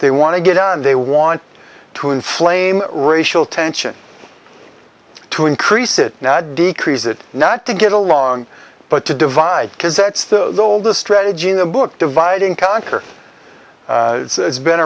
they want to get out and they want to inflame racial tension to increase it decrease it not to get along but to divide because that's the oldest strategy in the book divide and conquer it's been